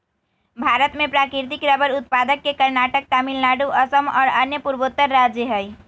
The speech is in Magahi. भारत में प्राकृतिक रबर उत्पादक के कर्नाटक, तमिलनाडु, असम और अन्य पूर्वोत्तर राज्य हई